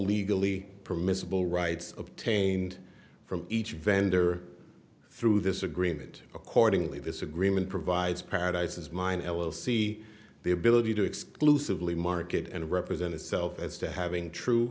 legally permissible rights of tamed from each vendor through this agreement accordingly this agreement provides paradises mine l l c the ability to exclusively market and represent itself as to having true